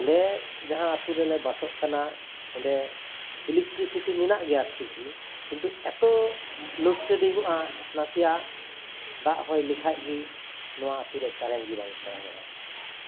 ᱟᱞᱮ ᱡᱟᱦᱟ ᱟᱛᱳ ᱨᱮᱞᱮ ᱵᱟᱥᱚᱜ ᱠᱟᱱᱟ ᱚᱸᱰᱮ ᱤᱞᱮᱠᱴᱨᱤᱠ ᱥᱤᱴᱤ ᱢᱮᱱᱟᱜ ᱜᱮᱭᱟ ᱴᱷᱤᱠ ᱜᱮ ᱠᱤᱱᱛᱩ ᱮᱛᱚ ᱞᱳᱰ ᱥᱮᱰᱤᱝ ᱚᱜᱼᱟ ᱱᱟᱥᱮᱭᱟᱜ ᱫᱟᱜ ᱦᱚᱭ ᱞᱮᱠᱷᱟᱱᱜᱮ ᱱᱚᱣᱟ ᱟᱛᱳᱨᱮ ᱠᱟᱨᱮᱱᱴ ᱜᱮᱵᱟᱝ ᱛᱟᱦᱮᱱᱟ